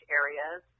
areas